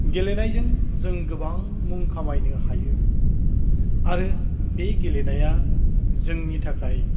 गेलेनायजों जों गोबां मुं खामायनो हायो आरो बे गेलेनाया जोंनि थाखाय